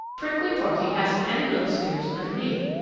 prickly porky hasn't any little spears underneath,